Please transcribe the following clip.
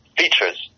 features